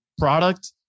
Product